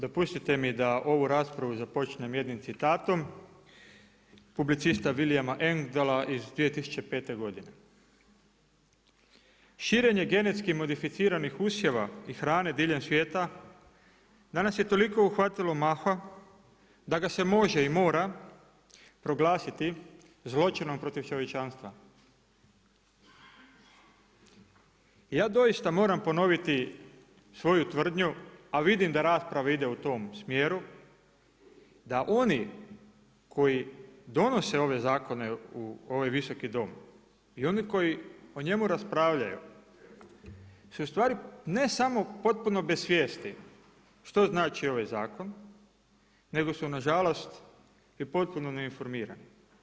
Dopustite mi da ovu raspravu započnem jednim citatom, publicista… „Širenje genetskih modificiranih usjeva i hrane diljem svijeta danas je toliko uhvatilo maha da ga se može i proglasiti zločinom protiv čovječanstva.“ Ja doista moram ponoviti svoju tvrdnju a vidim da rasprava ide u tom smjeru, da oni koji donose ove zakone u ovaj visoki Dom, i oni koji o njemu raspravljaju, su ustvari ne samo potpuno bez svijesti, što znači ovaj zakon, nego su nažalost, i potpuno neinformirani.